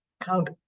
count